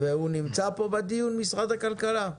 הוא נמצא פה בדיון, משרד הכלכלה?